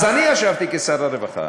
אז אני ישבתי כשר הרווחה